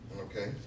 Okay